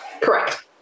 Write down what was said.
Correct